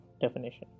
definition